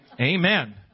amen